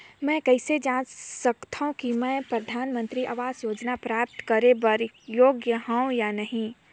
मैं कइसे जांच सकथव कि मैं परधानमंतरी आवास योजना प्राप्त करे बर योग्य हववं या नहीं?